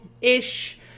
ish